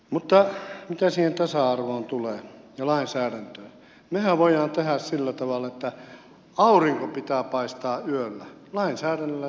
mutta mitä siihen tasa arvoon tulee ja lainsäädäntöön mehän voimme tehdä sillä tavalla että auringon pitää paistaa yöllä lainsäädännöllä tehdä sen näin